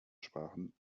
sprachen